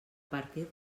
partir